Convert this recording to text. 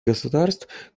государств